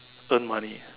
earn money